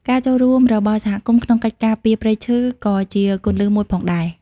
ការចូលរួមរបស់សហគមន៍ ក្នុងកិច្ចការពារព្រៃឈើក៏ជាគន្លឹះមួយផងដែរ។